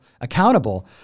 accountable